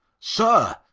sir,